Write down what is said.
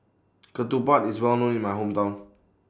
Ketupat IS Well known in My Hometown